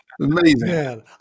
Amazing